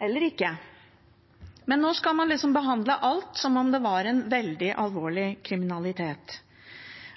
eller ikke – men nå skal man liksom behandle alt som om det var veldig alvorlig kriminalitet.